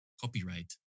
copyright